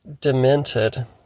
demented